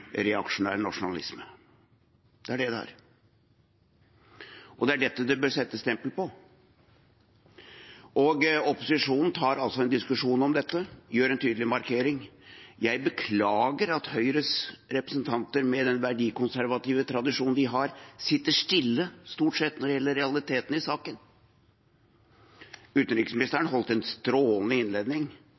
reaksjonær nasjonalisme. Det er det det er, og det er det dette bør stemples som. Opposisjonen tar altså en diskusjon om dette, gjør en tydelig markering. Jeg beklager at Høyres representanter – med den verdikonservative tradisjonen de har – sitter stille, stort sett, når det gjelder realitetene i saken. Utenriksministeren holdt en strålende